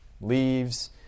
leaves